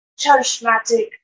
charismatic